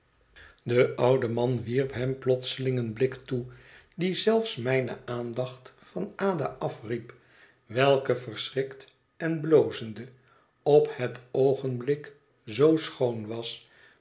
de oude man wierp hem plotseling een blik toe die zelfs mijne aandacht van ada afriep welke verschrikt en blozende op het oogenblik zoo schoon was